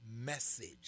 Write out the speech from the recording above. message